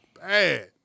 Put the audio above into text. bad